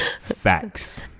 Facts